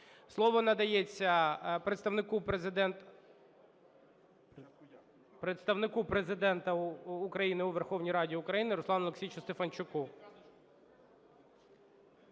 Слово надається Представнику Президента України у Верховній Раді України Руслану Олексійовичу Стефанчуку.